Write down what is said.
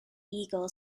eagle